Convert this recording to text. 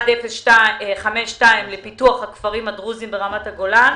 1052 לפיתוח הכפרים הדרוזיים ברמת הגולן.